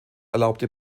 erlaubte